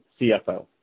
CFO